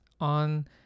on